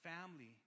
family